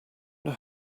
know